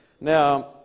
Now